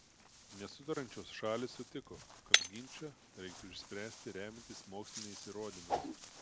nesutariančios šalys sutiko kad ginčą reiktų išspręsti remiantis moksliniais įrodymais